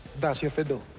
that your fiddle.